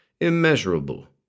immeasurable